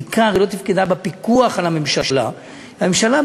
בעיקר היא לא תפקדה בפיקוח על הממשלה.